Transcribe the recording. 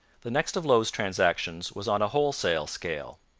the next of low's transactions was on a wholesale scale.